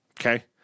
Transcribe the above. Okay